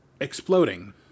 exploding